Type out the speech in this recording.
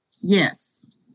Yes